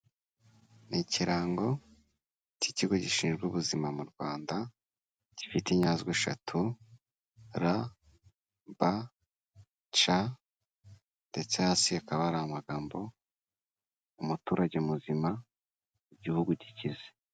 Ni ikirango cy'ikigo gishinzwe ubuzima mu rwanda gifite inyajwi eshatu r, b, c ndetse hasi hakaba hari amagambo : umuturage muzima, igihugu gikize.